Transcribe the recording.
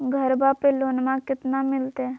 घरबा पे लोनमा कतना मिलते?